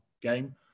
game